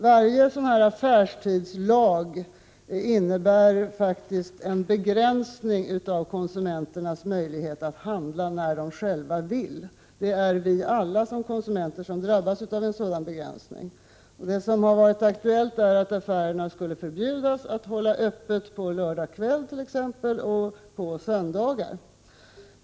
Varje sådan här affärstidslag innebär faktiskt en begränsning av konsumenternas möjlighet att handla när de själva vill. Det är vi alla som konsumenter som drabbas av en sådan begränsning. Det som har varit aktuellt är att affärerna skulle förbjudas att hålla öppet på lördagkvällar och på söndagar.